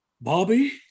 Bobby